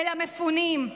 אל המפונים.